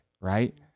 right